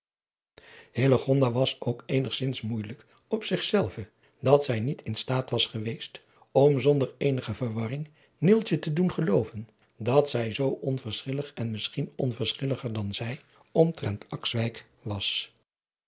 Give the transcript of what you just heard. was ook eenigszins moeijelijk op zich zelve dat zij niet in staat was geweest om zonder eenige verwarring neeltje te doen gevoelen dat zij zoo onverschillig en misschien onverschilliger dan zij omtrent akswijk was